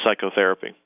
psychotherapy